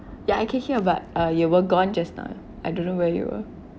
ya I can hear but uh you were gone just now I don't know where you were